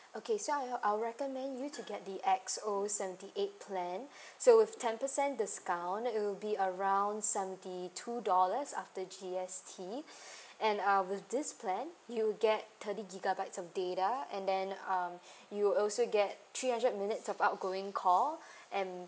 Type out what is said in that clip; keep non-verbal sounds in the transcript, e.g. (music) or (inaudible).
okay so I'll~ I'll recommend you to get the X_O seventy eight plan (breath) so with ten percent discount it'll be around seventy two dollars after G_S_T (breath) and uh with this plan you'll get thirty gigabyte of data and then um (breath) you'll also get three hundred minutes of outgoing call (breath) and